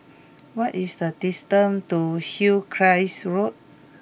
what is the distance to Hillcrest Road